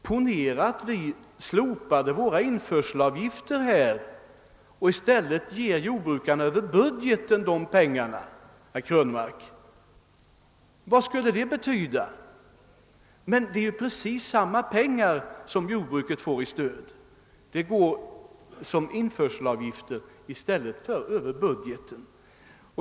Ponera att vi slopade våra införselavgifter och i stället gav jordbrukarna stödet över budgeten, herr Krönmark! Vad skulle det betyda? Det är ju precis samma pengar som jordbruket får i stöd. Det går som införselavgift i stället för över budgeten.